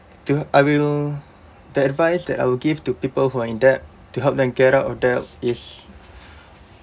the I will the advice that I'll give to people who are in debt to help them get out of debt is